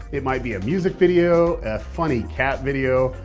it might be a music video, a funny cat video,